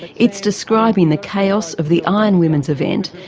it's describing the chaos of the ironwomen's event,